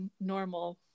normal